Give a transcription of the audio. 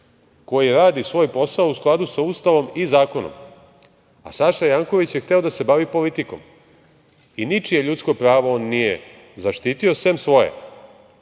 koji radi svoj posao u skladu sa Ustavom i zakonom. Saša Janković je hteo da se bavi politikom i ničije ljudsko pravo on nije zaštitio, sem svoje.